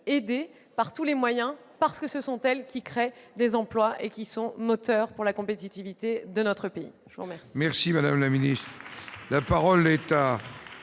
aider par tous les moyens, parce que ce sont elles qui créent des emplois et qui jouent un rôle moteur pour la compétitivité de notre pays.